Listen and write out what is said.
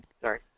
Sorry